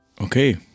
okay